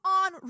on